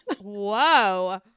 whoa